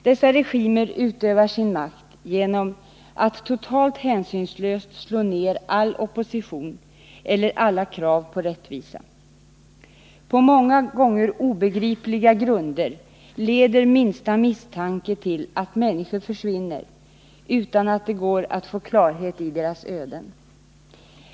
Dessa regimer utövar sin makt genom att totalt hänsynslöst slå ned all opposition eller alla krav på rättvisa. På många gånger obegripliga grunder leder minsta misstanke till att människor försvinner utan att det går att få klarhet i deras öden.